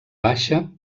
baixa